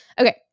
Okay